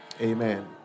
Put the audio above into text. Amen